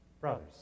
brothers